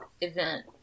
event